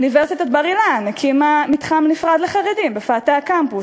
אוניברסיטת בר-אילן הקימה מתחם נפרד לחרדים בפאתי הקמפוס,